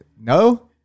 no